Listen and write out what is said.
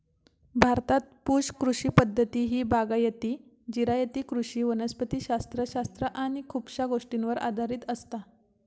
भारतात पुश कृषी पद्धती ही बागायती, जिरायती कृषी वनस्पति शास्त्र शास्त्र आणि खुपशा गोष्टींवर आधारित असता